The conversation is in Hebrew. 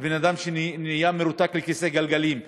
על בן-אדם שנהיה מרותק לכיסא גלגלים,